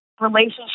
relationship